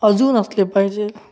अजून असले पाहिजेल